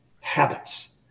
habits